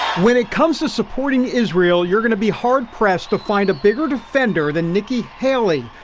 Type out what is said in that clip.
when it comes to supporting israel, you're going to be hard-pressed to find a bigger defender than nikki haley.